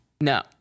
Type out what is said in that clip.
No